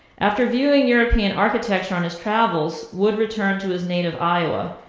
after viewing european architecture on his travels, wood returned to his native iowa.